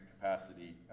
capacity